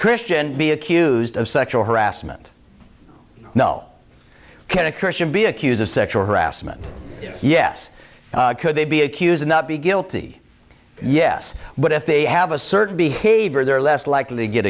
christian be accused of sexual harassment no can a christian be accused of sexual harassment yes could they be accused and not be guilty yes but if they have a certain behavior they're less likely to get